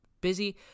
busy